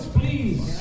please